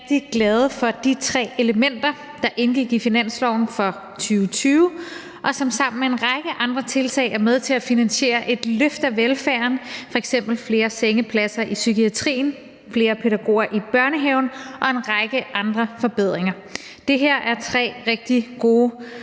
rigtig glade for de tre elementer, der indgik i finansloven for 2020, og som sammen med en række andre tiltag er med til at finansiere et løft af velfærden, f.eks. flere sengepladser i psykiatrien, flere pædagoger i børnehaven og en række andre forbedringer. Det her er tre rigtig gode